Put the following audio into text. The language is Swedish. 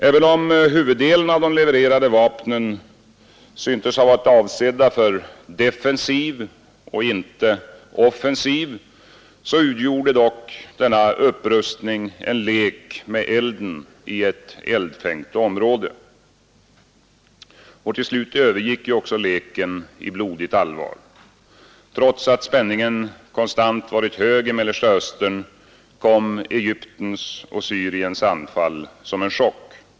Även om huvuddelen av de levererade vapnen synes ha varit avsedda för defensiv och inte offensiv utgjorde dock denna upprustning en lek med elden i ett eldfängt område. Till slut övergick ju också leken i blodigt allvar. Trots att spänningen konstant varit hög i Mellersta Östern kom Egyptens och Syriens anfall som en chock.